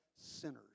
sinners